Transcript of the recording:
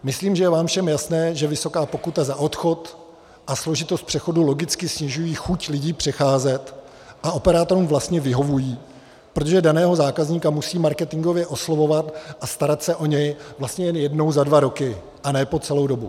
Myslím, že je vám všem jasné, že vysoká pokuta za odchod a složitost přechodu logicky snižují chuť lidí přecházet a operátorům vlastně vyhovují, protože daného zákazníka musí marketingově oslovovat a starat se o něj vlastně jen jednou za dva roky a ne po celou dobu.